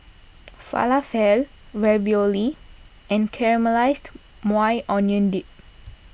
Falafel Ravioli and Caramelized Maui Onion Dip